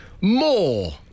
More